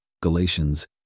Galatians